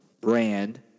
Brand